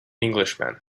englishman